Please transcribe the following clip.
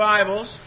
Bibles